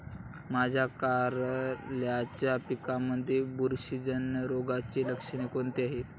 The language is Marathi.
माझ्या कारल्याच्या पिकामध्ये बुरशीजन्य रोगाची लक्षणे कोणती आहेत?